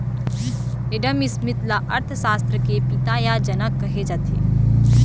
Adam Smith ल अर्थसास्त्र के पिता य जनक कहे जाथे